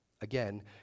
Again